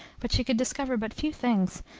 but she could discover but few things,